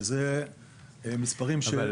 שאלה מספרים --- אבל,